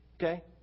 okay